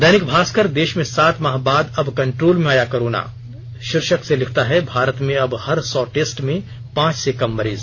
दैनिक भास्कर देश में सात माह बाद अब कंट्रोल में आया कोरोना शीर्षक से लिखता है भारत में अब हर सौ टेस्ट में पांच से कम मरीज